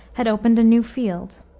had opened a new field.